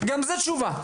גם זו תשובה.